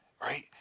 Right